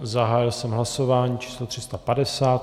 Zahájil jsem hlasování číslo 350.